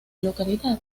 localidad